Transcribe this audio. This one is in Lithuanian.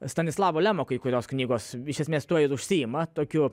stanislavo lemo kai kurios knygos iš esmės tuo užsiima tokiu